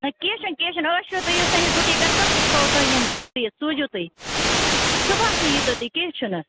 نہَ کیٚنٛہہ چھُنہٕ کیٚنٛہہ چھُنہٕ عاش کٔرِتھ تُہۍ یِیِو سٲنِس بُٹیٖکَس پٮ۪ٹھ أسۍ تھاوَو تۄہہِ یِم سُوِتھ سوٗزِو تُہۍ صُبحَسٕے ییٖتو تُہۍ کیٚنٛہہ چھُنہٕ